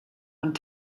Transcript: und